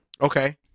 Okay